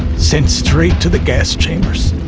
sent straight to the gas chambers.